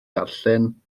darllen